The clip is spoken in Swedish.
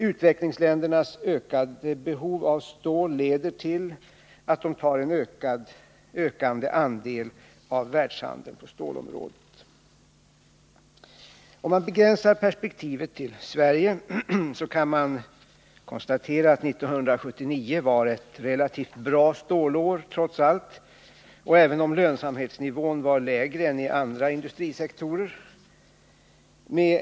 Utvecklingsländernas ökade behov av stål leder till att de tar en ökande andel av världshandeln på stålområdet. Om man begränsar perspektivet till Sverige kan man konstatera att 1979 trots allt var ett relativt bra stålår, även om lönsamhetsnivån var lägre än inom andra industrisektorer.